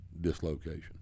dislocation